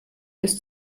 bis